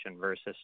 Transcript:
versus